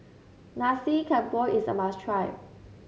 Nasi Campur is a must try